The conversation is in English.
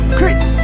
Chris